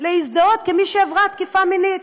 להזדהות כמי שעברה תקיפה מינית.